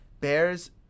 Bears